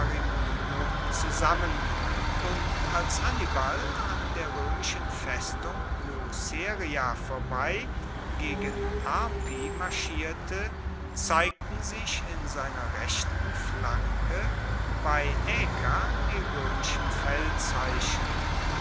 zusammen und als hannibal an der roemischen festung luceria vorbei gegen arpi marschierte zeigten sich in seiner rechten flanke bei aeca die roemischen feldzeichen